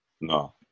No